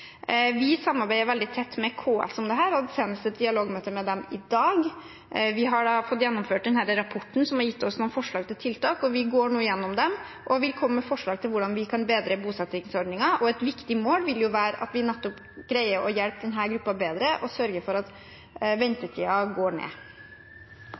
Vi samarbeider veldig tett med KS om dette og hadde et dialogmøte med dem senest i dag. Vi har fått gjennomført denne rapporten som har gitt oss noen forslag til tiltak, og vi går nå gjennom dem og vil komme med forslag til hvordan vi kan bedre bosettingsordningen. Et viktig mål vil jo være at vi nettopp greier å hjelpe denne gruppen bedre og sørger for at